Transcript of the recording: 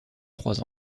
trois